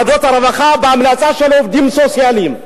ועדות הרווחה, בהמלצה של עובדים סוציאליים.